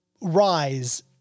rise